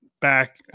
back